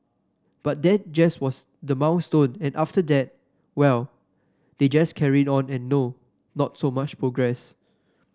but that just was the milestone and after that well they just carry on and no not so much progress